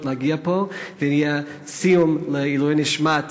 להגיע לפה ויהיה סיום לעילוי נשמת